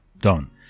done